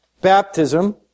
Baptism